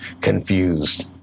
confused